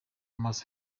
amaso